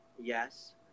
Yes